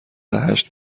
هشت